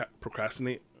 procrastinate